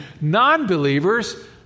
Non-believers